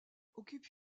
occupe